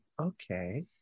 Okay